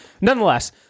nonetheless